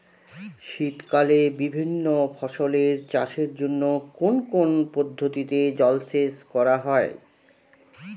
শীতকালে বিভিন্ন ফসলের চাষের জন্য কোন কোন পদ্ধতিতে জলসেচ করা হয়?